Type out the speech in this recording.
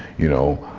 you know